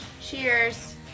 Cheers